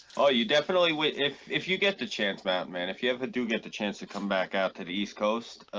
oh you definitely if if you get the chance mountain man, if you ever do get the chance to come back out to the east coast